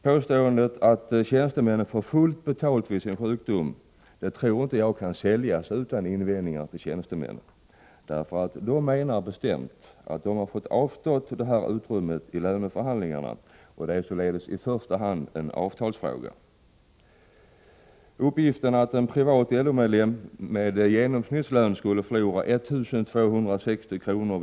Påståendet att tjänstemännen får fullt betalt under sin sjukdom tror jag inte kan säljas utan invändningar från tjänstemännen. De menar nämligen bestämt att de har fått avstå det här utrymmet i löneförhandlingarna, och det är således i första hand en avtalsfråga. Uppgiften att en privat LO-medlem med genomsnittslön skulle förlora 1 260 kr.